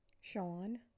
Sean